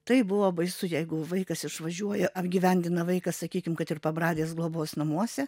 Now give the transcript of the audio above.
tai buvo baisu jeigu vaikas išvažiuoja apgyvendina vaiką sakykim kad ir pabradės globos namuose